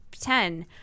ten